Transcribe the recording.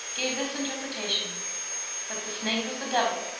gave this interpretation that the snake was the devil,